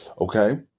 Okay